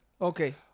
Okay